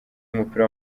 w’umupira